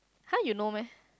(huh) you know meh